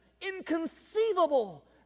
Inconceivable